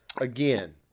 Again